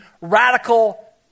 radical